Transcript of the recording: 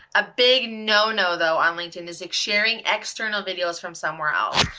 a big no-no though on linkedin is like sharing external videos from somewhere else.